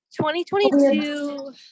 2022